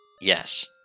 Yes